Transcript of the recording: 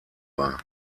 war